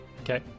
Okay